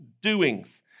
doings